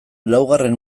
laugarren